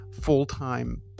full-time